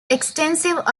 extensive